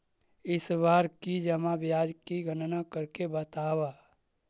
इस बार की जमा ब्याज की गणना करके बतावा